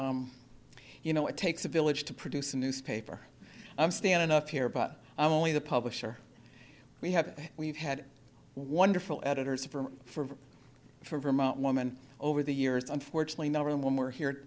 that you know it takes a village to produce a newspaper i'm standing up here but i'm only the publisher we have we've had wonderful editors for for for vermont woman over the years unfortunately no one when we're here